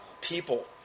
people